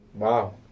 Wow